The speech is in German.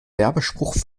werbespruch